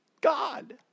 God